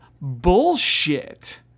bullshit